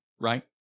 right